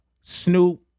Snoop